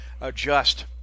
adjust